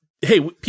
hey